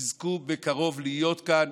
יזכו בקרוב להיות כאן.